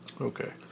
Okay